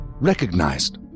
Recognized